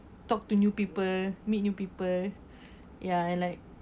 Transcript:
talk to new people meet new people ya and like